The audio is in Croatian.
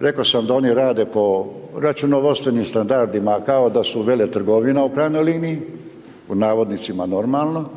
rekao sam da oni rade po računovodstvenim standardima kao da su veletrgovine u krajnjoj liniji, pod navodnicima normalno,